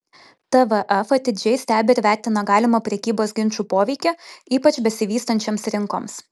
tvf atidžiai stebi ir vertina galimą prekybos ginčų poveikį ypač besivystančioms rinkoms